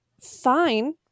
fine